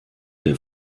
der